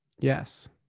Yes